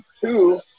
two